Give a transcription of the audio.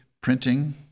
printing